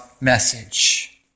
message